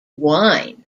whine